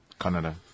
Canada